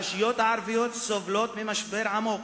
הרשויות הערביות סובלות ממשבר עמוק